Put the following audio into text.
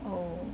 oh